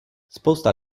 spousta